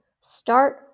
Start